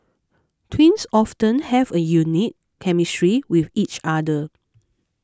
twins often have a unique chemistry with each other